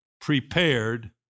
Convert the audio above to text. prepared